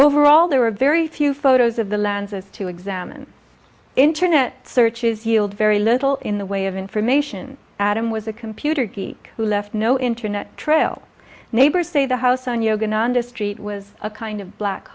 overall there were very few photos of the lanzas to examine internet searches yield very little in the way of information adam was a computer geek who left no internet trail neighbors say the house on yogananda street was a kind of black